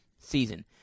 season